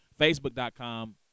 facebook.com